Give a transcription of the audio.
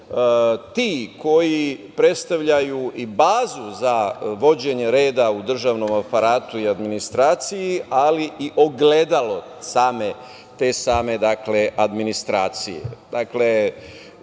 ti koji predstavljaju i bazu za vođenje reda u državnom aparatu i administraciji, ali i ogledalo te same administracije. I